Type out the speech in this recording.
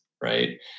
right